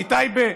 מטייבה,